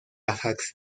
ajax